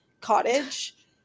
cottage